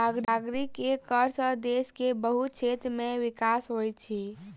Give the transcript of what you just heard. नागरिक के कर सॅ देश के बहुत क्षेत्र के विकास होइत अछि